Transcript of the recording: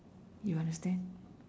you understand